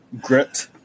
grit